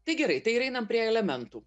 tai gerai tai ir einam prie elementų